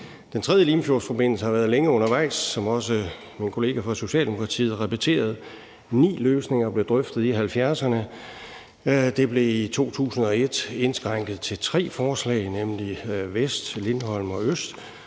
Den tredje Limfjordsforbindelse har været længe undervejs, som også min kollega fra Socialdemokratiet repeterede. Der blev drøftet ni løsninger i 1970'erne, og i 2001 blev det indskrænket til tre forslag, nemlig vest, Lindholm og øst,